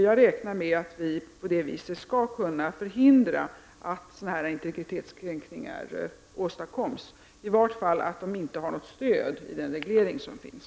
Jag räknar med att vi på det viset skall kunna förhindra att integritetskränkningar av detta slag uppkommer. I varje fall skall de inte ha något stöd i den reglering som finns.